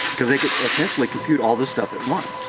because they could essentially compute all this stuff at once.